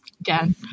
again